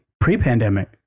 pre-pandemic